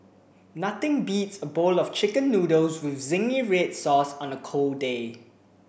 nothing beats a bowl of chicken noodles with zingy red sauce on a cold day